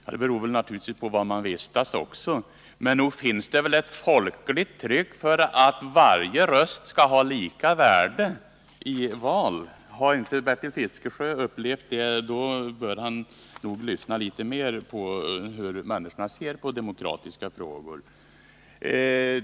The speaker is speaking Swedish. Ja, det beror naturligtvis också på var man vis Men nog finns det väl ett folkligt tryck att varje röst skall ha lika värde i val! Har inte Bertil Fiskesjö upplevt det bör han nog lyssna litet mera på hur människorna ställer sig i demokratiska frågor.